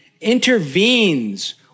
intervenes